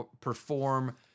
perform